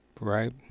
Right